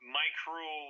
micro